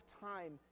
time